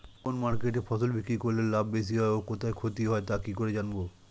কোন মার্কেটে ফসল বিক্রি করলে লাভ বেশি হয় ও কোথায় ক্ষতি হয় তা কি করে জানবো?